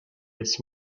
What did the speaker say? its